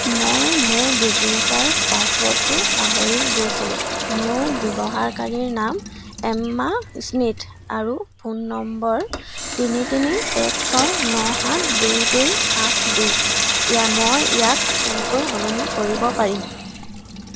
মই মোৰ DigiLocker পাছৱৰ্ডটো পাহৰি গৈছিলোঁ মোৰ ব্যৱহাৰকাৰীৰ নাম এম্মা স্মিথ আৰু ফোন নম্বৰ তিনি তিনি এক ছয় ন সাত দুই দুই আঠ দুই ইয়াক মই ইয়াক কেনেকৈ সলনি কৰিব পাৰিম